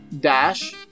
Dash